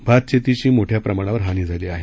भातशेतीची मोठ्या प्रमाणावर हानी झाली आहे